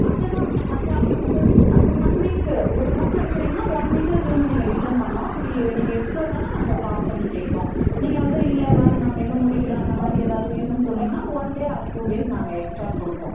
அது தாம்மா அது அவங்க சொல் அதான் ஒன் வீக்கு ஒரு புக் எடுக்குறீங்கன்னா ஒன் வீக்கில் திரும்ப நீங்கள் ரிட்டன் பண்ணணும் அப்படி நீங்கள் எடுத்துகிட்டு வரலைன்னா நாங்கள் கால் பண்ணி கேட்போம் நீங்கள் வந்து இல்லை மேம் நாங்கள் இன்னும் முடிக்கலை அந்தமாதிரி ஏதாவது ரீசன் சொன்னீங்கன்னா one day or two days நாங்கள் எக்ஸ்ட்டா கொடுப்போம்